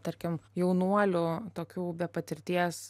tarkim jaunuolio tokių be patirties